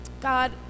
God